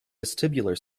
vestibular